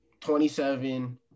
27